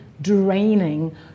draining